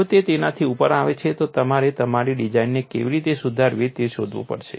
જો તે તેનાથી ઉપર છે તો તમારે તમારી ડિઝાઇનને કેવી રીતે સુધારવી તે શોધવું પડશે